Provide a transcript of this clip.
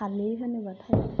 फालि होनोबाथाय